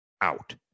out